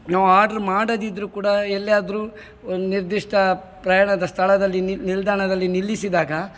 ನಾವು ಆರ್ಡ್ರು ಮಾಡದಿದ್ರೂ ಕೂಡ ಎಲ್ಲಿಯಾದರು ನಿರ್ದಿಷ್ಟ ಪ್ರಯಾಣದ ಸ್ಥಳದಲ್ಲಿ ನಿಲ್ಲಿ ನಿಲ್ದಾಣದಲ್ಲಿ ನಿಲ್ಲಿಸಿದಾಗ